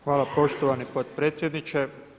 Hvala poštovani potpredsjedniče.